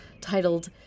titled